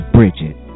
Bridget